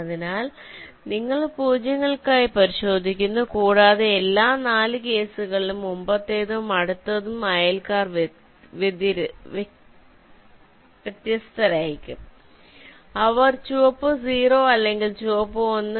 അതിനാൽ നിങ്ങൾ പൂജ്യങ്ങൾക്കായി പരിശോധിക്കുന്നു കൂടാതെ എല്ലാ 4 കേസുകളിലും മുമ്പത്തേതും അടുത്തതും അയൽക്കാർ വ്യതിരിക്തരാകും അവർ ചുവപ്പ് 0 അല്ലെങ്കിൽ ചുവപ്പ് 1